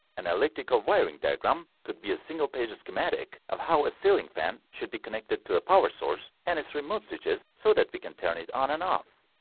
an electrical wiring diagram could be a single page schematic of how a ceiling fan should be connected to the ah power source and its remote switches so that we can turn it on and off